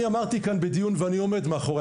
אני אמרתי כאן בדיון ואני עומד מאחורי